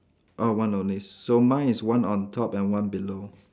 oh one only so mine is one on top and one below